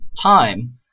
time